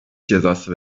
cezası